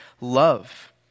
love